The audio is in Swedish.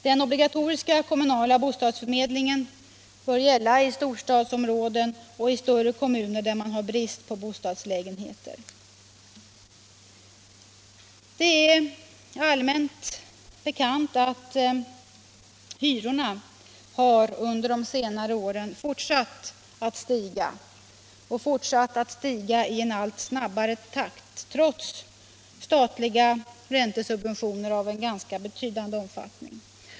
Den obligatoriska kommunala bostadsförmedlingen bör gälla i storstadsområden och i större kommuner där det råder brist på bostadslägenheter. Det är allmänt bekant att hyrorna under senare år har fortsatt att stiga i allt snabbare takt trots statliga räntesubventioner av ganska betydande omfattning.